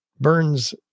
burns